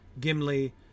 Gimli